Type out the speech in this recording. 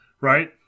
right